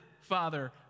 father